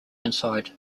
inside